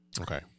Okay